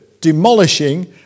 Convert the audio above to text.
demolishing